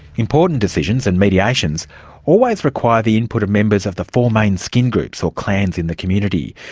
important decisions and mediations always require the input of members of the four main skin groups or clans in the community.